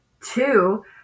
Two